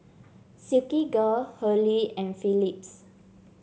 Silkygirl Hurley and Phillips